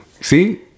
See